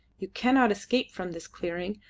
you cannot escape from this clearing,